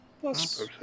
Plus